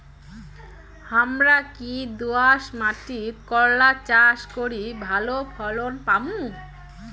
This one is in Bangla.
হামরা কি দোয়াস মাতিট করলা চাষ করি ভালো ফলন পামু?